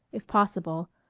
if possible,